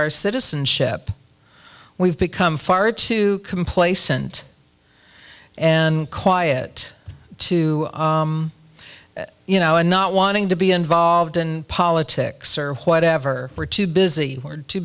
our citizenship we've become far too complacent and quiet too you know and not wanting to be involved in politics or whatever we're too busy or too